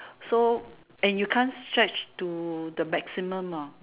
so and you can't stretch to the maximum hor